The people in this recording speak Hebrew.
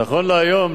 נכון להיום,